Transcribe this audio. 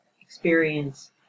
experience